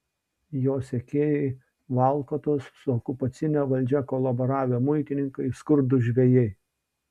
jo sekėjai valkatos su okupacine valdžia kolaboravę muitininkai skurdūs žvejai